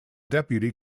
deputy